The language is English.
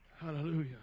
Hallelujah